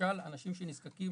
למשל אנשים שנזקקים